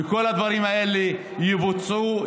וכל הדברים האלה יבוצעו,